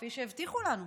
כפי שהבטיחו לנו.